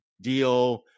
deal